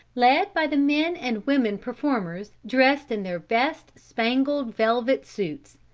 led by the men and women performers, dressed in their best spangled velvet suits.